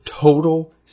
total